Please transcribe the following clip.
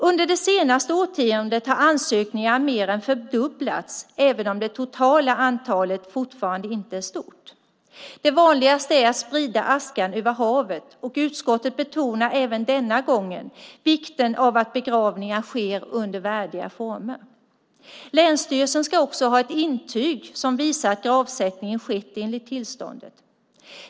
Under det senaste årtiondet har ansökningarna mer än fördubblats, även om det totala antalet fortfarande inte är stort. Det vanligaste är att sprida askan över havet, och utskottet betonar även denna gång vikten av att begravningar sker under värdiga former. Länsstyrelsen ska ha ett intyg som visar att gravsättningen skett enligt tillståndet.